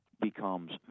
becomes